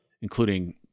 including